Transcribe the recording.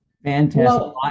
Fantastic